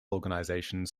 organizations